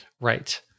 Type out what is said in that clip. Right